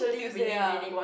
Tuesday ah